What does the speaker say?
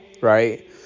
Right